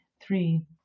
three